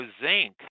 zinc